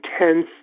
intense